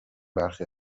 برخی